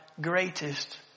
greatest